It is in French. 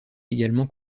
également